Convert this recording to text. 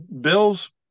bill's